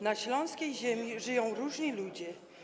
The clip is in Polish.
Na śląskiej ziemi żyją różni ludzie.